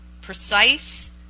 precise